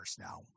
now